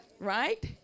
Right